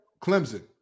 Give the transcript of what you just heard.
Clemson